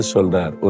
Soldar